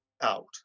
out